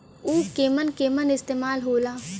उव केमन केमन इस्तेमाल हो ला?